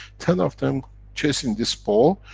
ten of them chasing this ball,